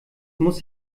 muss